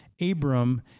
Abram